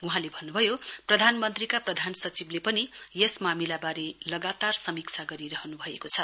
वहाँले भन्नुभयो प्रधानमन्त्रीका प्रधान सचिवले पनि यस मामिलाबारे लगातार समीक्षा गरिरहनु भएको छ